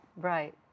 Right